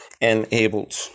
enabled